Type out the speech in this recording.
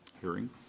hearing